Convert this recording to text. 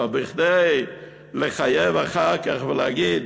אבל כדי לחייב אחר כך ולהגיד: